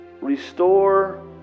restore